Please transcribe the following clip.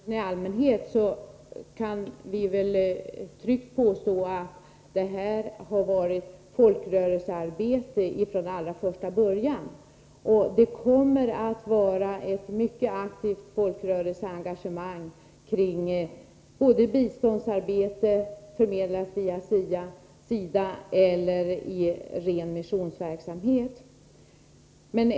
Fru talman! Vare sig det gäller ett enskilt samfund eller samfunden i allmänhet kan vi väl tryggt påstå att det från allra första början har varit fråga om folkrörelsearbete. Det kommer också att vara ett mycket aktivt folkrörelseengagemang både för biståndsarbete centralt via SIDA och för ren missionsverksamhet.